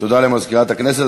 תודה למזכירת הכנסת.